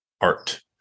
art